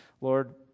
Lord